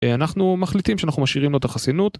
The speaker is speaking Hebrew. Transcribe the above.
אנחנו מחליטים שאנחנו משאירים לו את החסינות